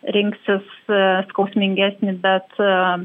rinksis skausmingesnį bet